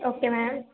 okay ma'am